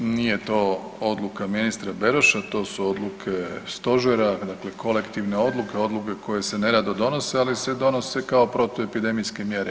Nije to odluka ministra Beroša, to su odluke stožera, dakle kolektivne odluke, odluke koje se ne rado donose, ali se donose kao protuepidemijske mjere.